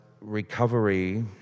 Recovery